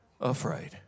afraid